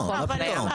לא, מה פתאום?